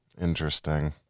Interesting